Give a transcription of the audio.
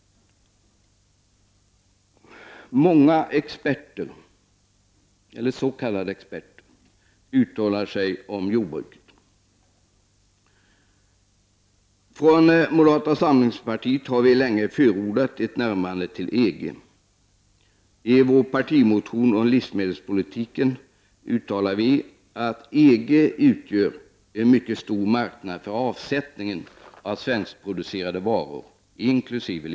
Många experter, eller s.k. experter, uttalar sig om jordbruket. Från moderata samlingspartiet har vi länge förordat ett närmande till EG. I vår partimotion om livsmedelspolitiken uttalar vi att EG utgör en mycket stor marknad för avsättning av svenskproducerade varor inkl.